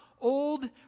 old